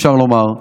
אפשר לומר,